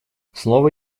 слово